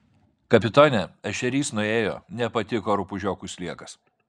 kapitone ešerys nuėjo nepatiko rupūžiokui sliekas